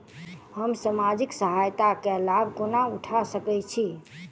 हम सामाजिक सहायता केँ लाभ कोना उठा सकै छी?